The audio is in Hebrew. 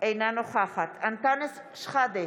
אינה נוכחת אנטאנס שחאדה,